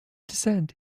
descent